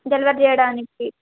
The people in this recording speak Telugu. డెలివర్ చేయడానికి